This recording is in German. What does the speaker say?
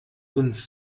uns